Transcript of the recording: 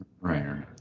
Right